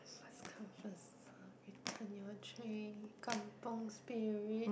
return your tray Kampung spirit